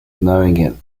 knowing